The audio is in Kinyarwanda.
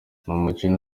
umukino